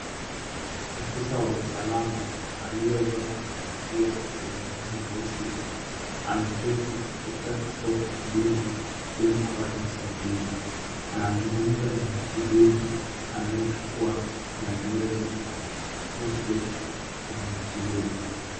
Afisa wa usalama aliyevalia ya rangi nyeusi ameketi akitoa huduma ili kupata usaidizi. Anazungumza na mhudumu anayechukua maelezo kuhusu mwananchi yule.